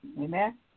Amen